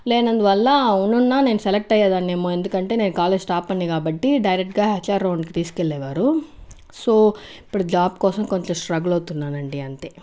లేనందు వల్ల ఉన్నున్న నేను సెలెక్ట్ అయ్యేదానేమో ఎందుకంటే నేను కాలేజ్ టాపర్ని కాబట్టి డైరెక్ట్ హెచ్ఆర్ రౌండ్కి తీసుకెళ్ళేవారు సో ఇప్పుడు జాబ్ కోసం కొంచెం స్ట్రగుల్ అవుతున్నానండి అంతే